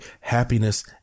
happiness